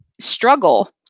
struggle